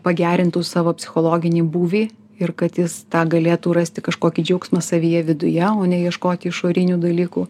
pagerintų savo psichologinį būvį ir kad jis tą galėtų rasti kažkokį džiaugsmą savyje viduje o ne ieškoti išorinių dalykų